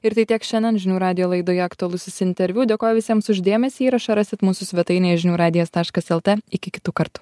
ir tai tiek šiandien žinių radijo laidoje aktualusis interviu dėkoju visiems už dėmesį įrašą rasit mūsų svetainėje žinių radijas taškas lt iki kitų kartų